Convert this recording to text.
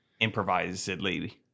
improvisedly